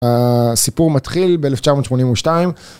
הסיפור מתחיל ב-1982.